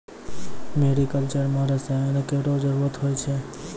मेरी culture म रसायन केरो जरूरत होय छै